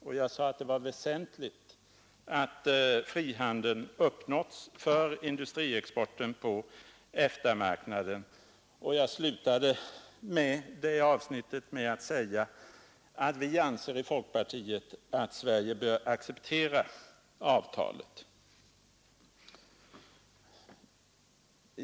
Jag sade också att det var väsentligt för industriexporten på EEC-marknaden att frihandeln hade uppnåtts. Och jag slutade det avsnittet med att säga att vi i folkpartiet anser att Sverige bör acceptera avtalet.